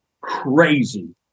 crazy